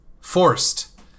forced